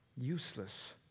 useless